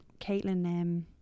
Caitlin